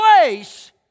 place